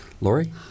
Lori